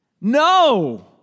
No